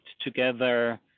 together